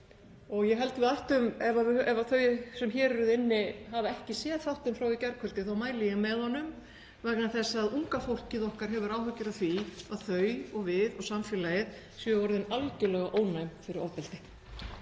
erum orðin vön því. Ef þau sem hér eru inni hafa ekki séð þáttinn frá því í gærkvöldi þá mæli ég með honum vegna þess að unga fólkið okkar hefur áhyggjur af því að þau og við og samfélagið séum orðin algerlega ónæm fyrir ofbeldi.